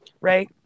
Right